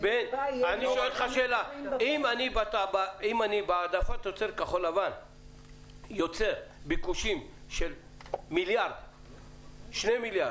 אם אני בהעדפת תוצרת כחול לבן יוצר ביקושים של 2 - 1 מיליארד